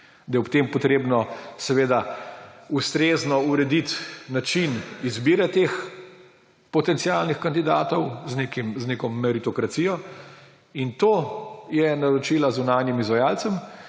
da je ob tem potrebno seveda ustrezno urediti način izbire teh potencialnih kandidatov z neko meritokracijo. In to je naročila zunanjim izvajalcem,